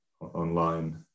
online